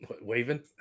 Waving